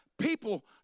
People